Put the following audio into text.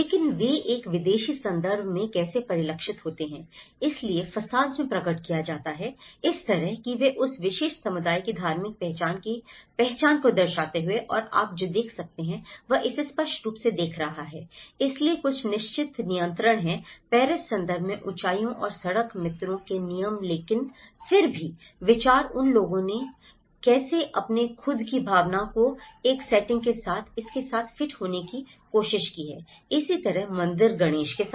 लेकिन वे एक विदेशी संदर्भ में कैसे परिलक्षित होते हैं इसलिए facades में प्रकट किया गया है इस तरह कि वे उस विशेष समुदाय की धार्मिक पहचान की पहचान को दर्शाते हैं और आप जो देख सकते हैं वह इसे स्पष्ट रूप से देख रहा है इसलिए कुछ निश्चित नियंत्रण हैं पेरिस संदर्भ में ऊंचाइयों और सड़क मित्रों के नियम लेकिन फिर भी विचार उन लोगों ने कैसे अपनी खुद की भावना की एक सेटिंग के साथ इसके साथ फिट होने की कोशिश की है इसी तरह मंदिर गणेश के साथ